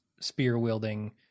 spear-wielding